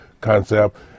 concept